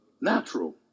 natural